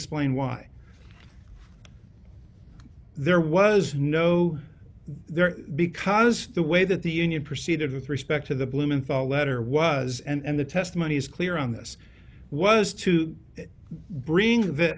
explain why there was no there because the way that the union proceeded with respect to the blumenthal letter was and the testimony is clear on this was to bring th